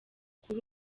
kuri